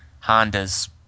Honda's